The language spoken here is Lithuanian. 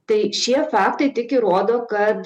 tai šie faktai tik įrodo kad